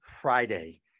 Friday